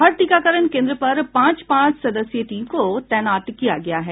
हर टीकाकरण केन्द्र पर पांच पांच सदस्यीय टीम को तैनात किया गया है